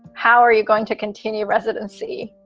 how are you going to continue residency?